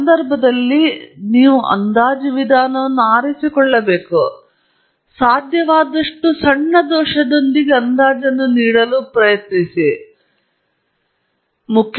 ಈ ಸಂದರ್ಭದಲ್ಲಿ ನೀವು ಅಂದಾಜು ವಿಧಾನವನ್ನು ಆರಿಸಿಕೊಳ್ಳಬೇಕು ಅದು ನಿಮಗೆ ಸಾಧ್ಯವಾದಷ್ಟು ಸಣ್ಣ ದೋಷದೊಂದಿಗೆ ಅಂದಾಜನ್ನು ನೀಡುತ್ತದೆ ಮತ್ತು ನಾವು ಅದನ್ನು ಸ್ವಲ್ಪ ಹೆಚ್ಚು ವಿವರವಾಗಿ ಮಾತನಾಡುತ್ತೇವೆ